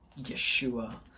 Yeshua